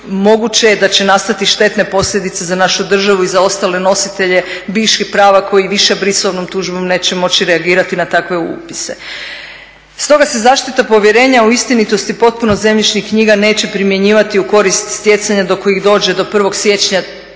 moguće je da će nastati štetne posljedice za našu državu i za ostale nositelje bivših prava koji više brisovnom tužbom neće moći reagirati na takve upise. Stoga se zaštita povjerenja u istinitost i potpunost zemljišnih knjiga neće primjenjivati u korist stjecanja do kojih dođe do 1. siječnja